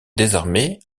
désarmé